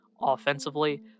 offensively